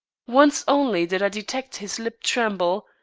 once only did i detect his lip tremble,